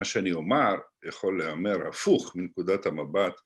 ‫מה שאני אומר יכול להיאמר הפוך ‫מנקודת המבט